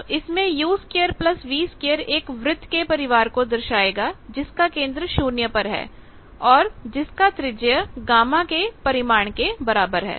तो इसमें u2v2 एक वृत्त के परिवार को दर्शाएगा जिसका केंद्र 0 पर है और जिसका त्रिज्या गामा के परिमाण के बराबर है